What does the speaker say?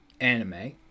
anime